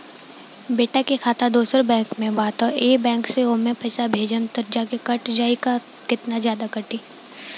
बेटा के खाता दोसर बैंक में बा त ए बैंक से ओमे पैसा भेजम त जादे कट जायी का त केतना जादे कटी?